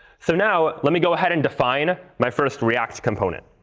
so now, let me go ahead and define my first react component.